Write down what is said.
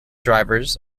drivers